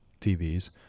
TVs